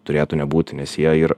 turėtų nebūti nes jie ir